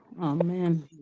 Amen